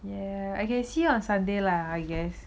ya I can see you on sunday lah I guess